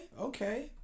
Okay